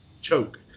Choke